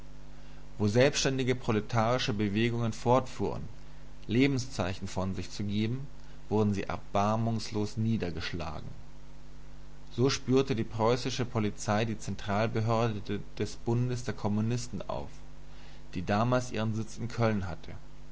wo selbständige proletarische bewegungen fortfuhren lebenszeichen von sich zu geben wurden sie erbarmungslos niedergeschlagen so spürte die preußische polizei die zentralbehörde des bundes der kommunisten auf die damals ihren sitz in köln hatte